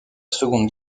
seconde